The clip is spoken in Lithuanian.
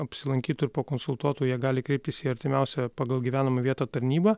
apsilankytų ir pakonsultuotų jie gali kreiptis į artimiausią pagal gyvenamą vietą tarnybą